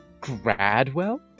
Gradwell